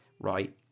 right